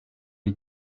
wie